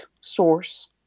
source